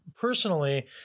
personally